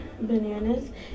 bananas